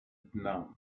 dna